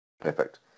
Perfect